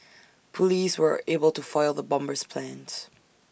Police were able to foil the bomber's plans